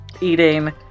eating